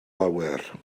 lawer